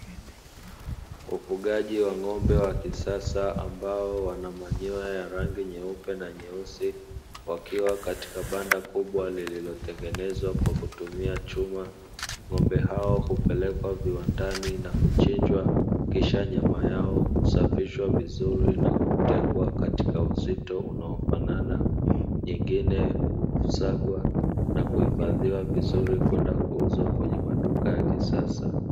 Ufugaji wa ng’ombe wa kisasa ambao wana manyoya ya rangi nyeupe na nyeusi, wakiwa katika banda kubwa lililotengenezwa kwa kutumia chuma, ng’ombe hao hupelekwa viwandani na kuchinjwa, kisha nyama yao husafishwa vizuri na kutengwa katika uzito unaofanana nyingine husagwa na kuhifadhiwa vizuri kwenda kuuzwa kwenye maduka ya kisasa.